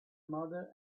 mother